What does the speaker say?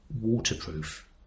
waterproof